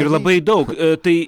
ir labai daug tai